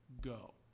go